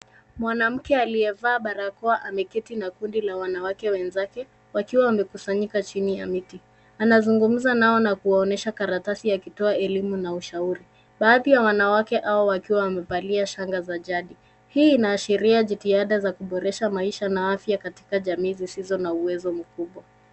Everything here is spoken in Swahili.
Mwanamke aliyevaa barakoa ameketi na kundi la wanawake wenzake wakiwa wamekusanyika chini ya miti anazungumza nao na kuwaonyesha karatasi akitoa elimu na ushauri. Baadhi ya wanawake hao wakiwa wamevalia shanga za jadi, hii inaaashiria jitihada za kuboresha maisha na afya katika jamii zisizo na uwezo mkubwa.